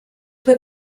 put